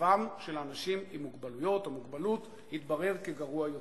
מצבם של אנשים עם מוגבלויות או מוגבלות התברר כגרוע יותר.